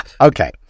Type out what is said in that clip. Okay